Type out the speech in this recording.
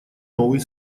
новый